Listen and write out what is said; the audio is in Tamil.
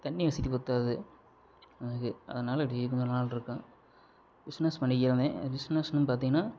தண்ணி வசதி பற்றாது எனக்கு அதனால் இப்படி இருந்துடலான்னு இருக்கேன் பிஸ்னஸ் பண்ணிக்கிறந்தேன் பிஸ்னஸ்ன்னு பார்த்திங்கனா